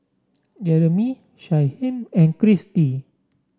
Jeremy Shyheim and Christy